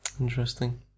Interesting